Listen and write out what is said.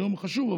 היום חשוב,